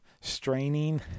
straining